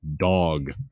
dog